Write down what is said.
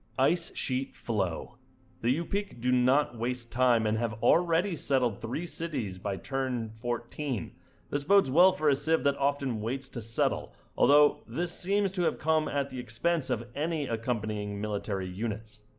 ice sheet flow the you peek do not waste time and have already settled three cities by turn fourteen this bodes well for a sieve that often waits to settle although this seems to have come at the expense of any accompanying military units